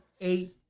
eight